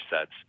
sets